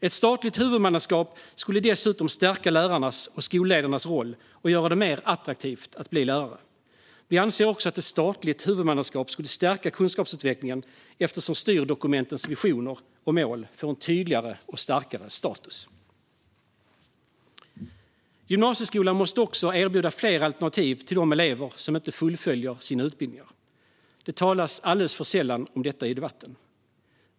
Ett statligt huvudmannaskap skulle dessutom stärka lärarnas och skolledarnas roll och göra det mer attraktivt att bli lärare. Vi anser också att ett statligt huvudmannaskap skulle stärka kunskapsutvecklingen, eftersom styrdokumentens visioner och mål får en tydligare och starkare status. Gymnasieskolan måste också erbjuda fler alternativ till de elever som inte fullföljer sina utbildningar. Det talas alldeles för sällan om detta i debatten.